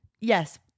Yes